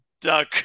duck